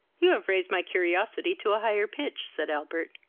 you have raised my curiosity to a higher pitch, said albert.